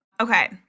Okay